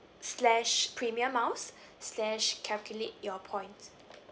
slash premier miles slash calculate your points